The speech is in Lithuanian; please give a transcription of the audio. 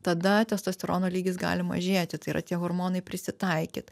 tada testosterono lygis gali mažėti tai yra tie hormonai prisitaikyt